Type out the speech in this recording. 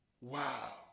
Wow